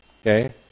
okay